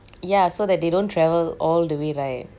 ya so that they don't travel all the way right